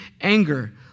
anger